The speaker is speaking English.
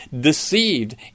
deceived